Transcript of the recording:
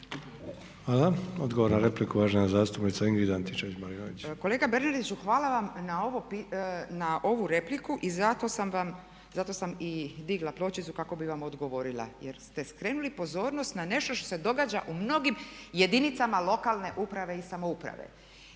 Hvala. Odgovor na repliku uvažena zastupnica Ingrid Antičević Marinović. **Antičević Marinović, Ingrid (SDP)** Kolega Bernardiću hvala vam na ovu repliku i zato sam i digla pločicu kako bih vam odgovorila jer ste skrenuli pozornost na nešto što se događa u mnogim jedinicama lokalne uprave i samouprave